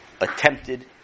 attempted